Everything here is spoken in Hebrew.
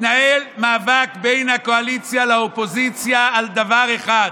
מתנהל מאבק בין הקואליציה לאופוזיציה על דבר אחד,